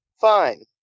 fine